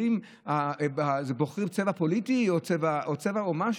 החולים בוחרים צבע פוליטי או צבע משהו?